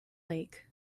lake